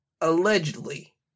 allegedly